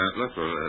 look